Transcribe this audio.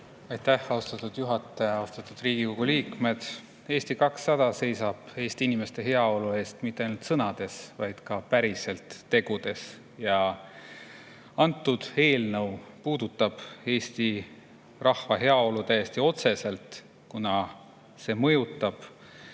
Aitäh, austatud juhataja! Austatud Riigikogu liikmed! Eesti 200 seisab Eesti inimeste heaolu eest mitte ainult sõnades, vaid ka päriselt tegudes. Antud eelnõu puudutab Eesti rahva heaolu täiesti otseselt, kuna see mõjutab